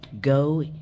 go